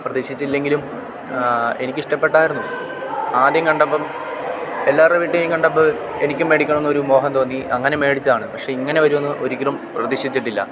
പ്രതീഷിച്ചില്ലെങ്കിലും എനിക്കിഷ്ടപ്പെട്ടായിരുന്നു ആദ്യം കണ്ടപ്പം എല്ലാവരുടെയും കണ്ടപ്പം എനിക്കും മേടിക്കണം എന്നൊരു മോഹം തോന്നി അങ്ങനെ മേടിച്ചതാണ് പക്ഷേ ഇങ്ങനെ വരുവെന്ന് ഒരിക്കലും പ്രതീക്ഷിച്ചിട്ടില്ല